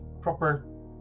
proper